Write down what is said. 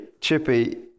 Chippy